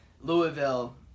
Louisville